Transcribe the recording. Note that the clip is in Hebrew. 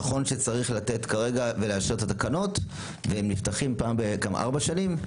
נכון שצריך לאשר את התקנות והם נפתחים פעם בארבע שנים,